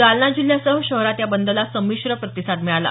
जालना जिल्ह्यासह शहरात या बंदला संमिश्र प्रतिसाद मिळाला